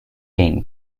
gain